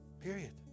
period